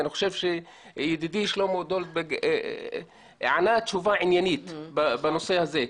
אני חושב שידידי שלמה דולברג ענה תשובה עניינית בנושא הזה.